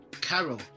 carol